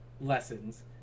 lessons